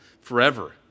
forever